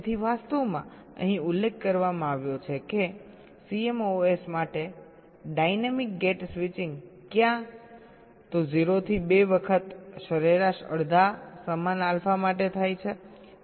તેથી વાસ્તવમાં અહીં ઉલ્લેખ કરવામાં આવ્યો છે કે CMOS માટે ડાયનેમિક ગેટ સ્વિચિંગ ક્યાં તો 0 થી 2 વખત સરેરાશ અડધા સમાન આલ્ફા માટે થાય છે